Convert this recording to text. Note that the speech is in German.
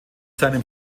seinem